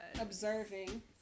observing